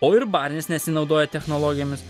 o ir barnis nesinaudoja technologijomis